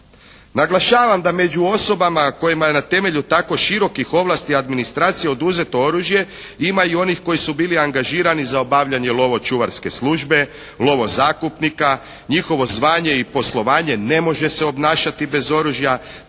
Naglašavam da među osobama kojima je na temelju tako širokih ovlasti administracije oduzeto oružje ima i onih koji su bili angažirani za obavljanje lovočuvarske službe, lovozakupnika, njihovo zvanje i poslovanje ne može se obnašati bez oružja,